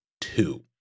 two